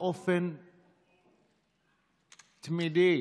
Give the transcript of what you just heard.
באופן תמידי